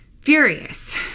furious